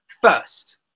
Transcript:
First